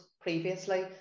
previously